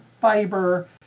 fiber